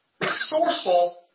Resourceful